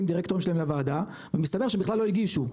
דירקטורים שלהם לוועדה ומסתבר שבכלל לא הגישו.